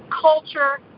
culture